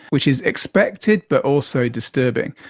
which is expected but also disturbing.